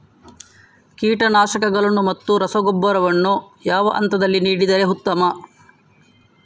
ಕೀಟನಾಶಕಗಳನ್ನು ಮತ್ತು ರಸಗೊಬ್ಬರವನ್ನು ಯಾವ ಹಂತದಲ್ಲಿ ನೀಡಿದರೆ ಉತ್ತಮ?